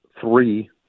three